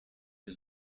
his